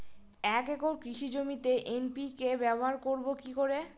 এক একর কৃষি জমিতে এন.পি.কে ব্যবহার করব কি করে?